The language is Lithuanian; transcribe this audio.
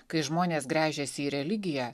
kai žmonės gręžiasi į religiją